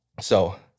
So-